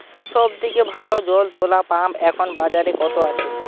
সব থেকে ভালো জল তোলা পাম্প এখন বাজারে কত আছে?